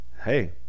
Hey